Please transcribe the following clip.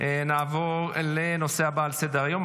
נעבור לנושא הבא על סדר-היום,